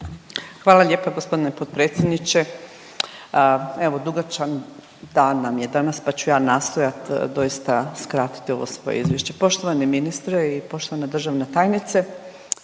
Hvala lijepa gospodine potpredsjedniče. Evo, dugačak dan nam je danas pa ću ja nastojati doista skratiti ovo svoje izvješće. Poštovani ministre i poštovana državna tajnice,